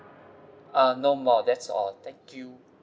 uh no more that's all thank you